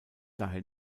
daher